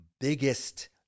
biggest